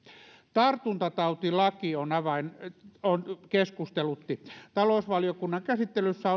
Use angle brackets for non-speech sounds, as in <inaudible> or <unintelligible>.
tartuntatautilaki keskustelutti talousvaliokunnan käsittelyssä <unintelligible>